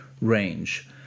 range